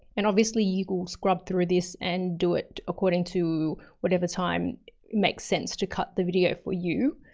and obviously you could scrub through this and do it according to whatever time makes sense to cut the video for you.